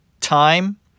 time